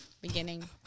beginning